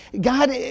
God